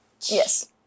Yes